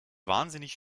wahnsinnig